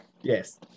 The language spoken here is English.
yes